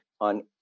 on